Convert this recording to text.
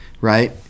right